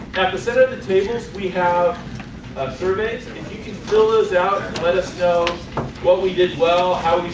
at the center of the tables we have a survey, if you can fill those out let us know what we did well, how we